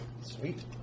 Sweet